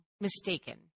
mistaken